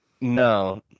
No